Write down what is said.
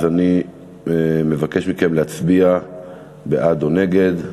אז מבקש מכם להצביע בעד או נגד.